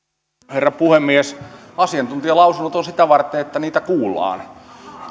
herra puhemies asiantuntijalausunnot ovat sitä varten että niitä kuullaan